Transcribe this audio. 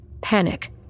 Panic